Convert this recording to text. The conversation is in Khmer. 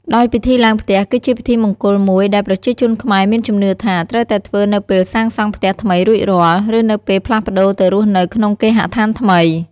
ដោយពិធីឡើងផ្ទះ គឺជាពិធីមង្គលមួយដែលប្រជាជនខ្មែរមានជំនឿថា ត្រូវតែធ្វើនៅពេលសាងសង់ផ្ទះថ្មីរួចរាល់ ឬនៅពេលផ្លាស់ប្ដូរទៅរស់នៅក្នុងគេហដ្ឋានថ្មី។